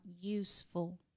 useful